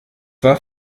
war